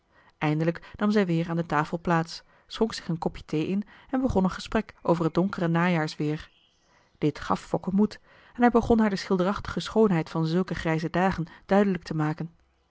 eindelijk nam zij weer aan de tafel plaats schonk zich een kopje thee in en begon een gesprek over het donkere najaarsweer dit gaf fokke moed en hij begon haar de schilderachtige schoonheid van zulke grijze dagen duidelijk te maken